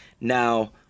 Now